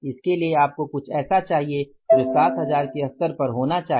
इसके लिए आपको कुछ ऐसा चाहिए जो 7000 के स्तर पर होना चाहिए